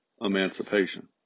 emancipation